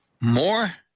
More